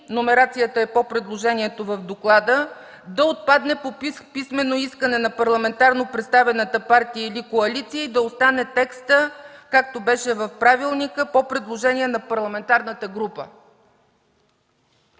номерацията е по предложението в доклада, да отпадне „по писмено искане на парламентарно представената партия или коалиция” и да остане текстът, както беше в правилника – „по предложение на парламентарната група”.